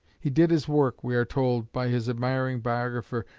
he did his work, we are told by his admiring biographer,